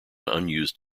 unused